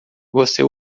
você